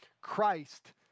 Christ